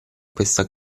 questa